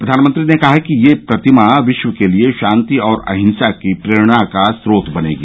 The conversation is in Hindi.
प्रधानमंत्री ने कहा कि यह प्रतिमा विश्व के लिए शांति और अहिंसा की प्रेरणा का स्रोत बनेगी